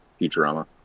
Futurama